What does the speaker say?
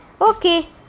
okay